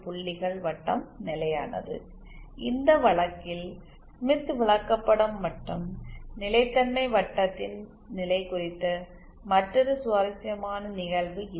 புள்ளிகளின் வட்டம் நிலையானது இந்த வழக்கில் ஸ்மித் விளக்கப்படம் மற்றும் நிலைத்தன்மை வட்டத்தின் நிலை குறித்த மற்றொரு சுவாரஸ்யமான நிகழ்வு இது